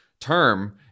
term